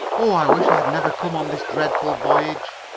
oh! i wish i had never come on this dreadful voyage!